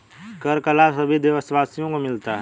कर का लाभ सभी देशवासियों को मिलता है